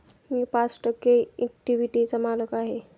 मी पाच टक्के इक्विटीचा मालक आहे